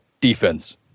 defense